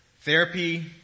therapy